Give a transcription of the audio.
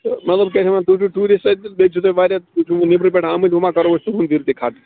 کہِ مےٚ دوٚپ کیٛاہ چھِ وَنان تُہۍ چھُو ٹیٛوٗرسٹہٕ سۭتۍ تہٕ بیٚیہِ چھُ تُہۍ وارِیاہ نیٚبرٕ پٮ۪ٹھ آمٕتۍ وۅنۍ ما کَرو أسۍ تُہُنٛد دِل تہِ کھٹہٕ